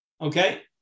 Okay